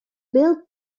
build